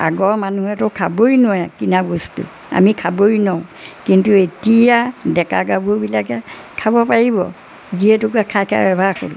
আগৰ মানুহেতো খাবই নোৱাৰে কিনা বস্তু আমি খাবই নোৱাৰোঁ কিন্তু এতিয়া ডেকা গাভৰুবিলাকে খাব পাৰিব যিহেতুকে খাই খাই অভ্যাস হ'ল